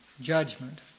judgment